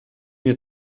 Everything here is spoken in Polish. nie